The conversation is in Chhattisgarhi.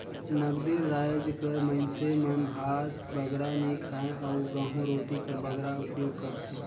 नगदे राएज कर मइनसे मन भात बगरा नी खाएं अउ गहूँ रोटी कर बगरा उपियोग करथे